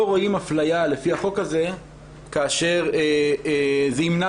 לא רואים אפליה לפי החוק הזה כאשר זה ימנע